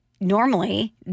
normally